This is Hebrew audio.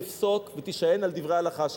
תפסוק ותישען על דברי ההלכה שלך.